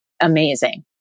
amazing